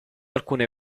alcune